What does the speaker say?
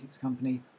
company